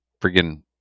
Friggin